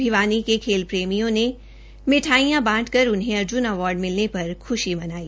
भिवानी के खेल प्रेमियों ने मिठाईया बांटकर उन्हें अर्जुन अवॉर्ड मिलने पर खुशी मनाई